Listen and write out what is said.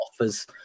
offers